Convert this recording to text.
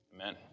Amen